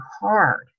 hard